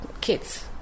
kids